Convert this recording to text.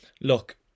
look